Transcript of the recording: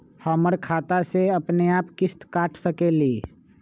हमर खाता से अपनेआप किस्त काट सकेली?